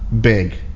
big